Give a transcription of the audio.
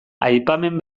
aipamen